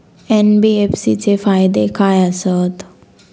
NBFC चे फायदे खाय आसत?